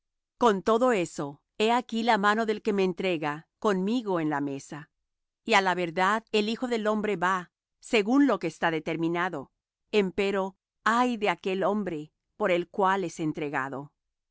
con todo eso he aquí la mano del que me entrega conmigo en la mesa y á la verdad el hijo del hombre va según lo que está determinado empero ay de aquél hombre por el cual es entregado ellos